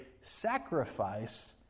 sacrifice